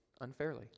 unfairly